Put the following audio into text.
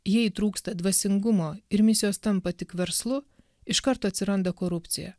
jei trūksta dvasingumo ir misijos tampa tik verslu iš karto atsiranda korupcija